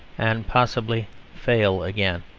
and, possibly fail again.